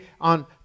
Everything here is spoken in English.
on